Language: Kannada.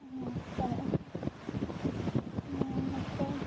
ಹ್ಞೂ ಸನು ಹ್ಞೂ ಮತ್ತೆ